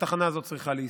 שהתחנה הזאת צריכה להיסגר.